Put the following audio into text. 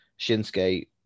Shinsuke